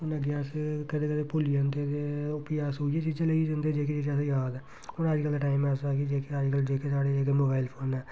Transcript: हून अग्गें अस कदें कदें भुल्ली जंदे कि ओह् फ्ही अस ओह् इ'यै चीज़ां लेइयै जंदे कि जेह्ड़ी सानू याद ऐ हून अज्जकल दे टैम ऐ ऐसा कि जेह्के अज्जकल जेह्के साढ़े जेह्के मोबाइल फोन न